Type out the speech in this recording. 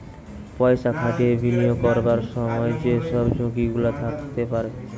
পয়সা খাটিয়ে বিনিয়োগ করবার সময় যে সব ঝুঁকি গুলা থাকতে পারে